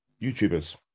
YouTubers